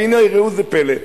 והנה, ראו זה פלא,